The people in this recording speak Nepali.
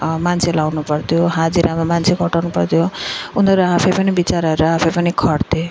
मान्छे लगाउनु पर्थ्यो हाजिरामा मान्छे खटाउनु पर्थ्यो उनीहरू आफै पनि बिचराहरू आफै पनि खट्थे